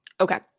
Okay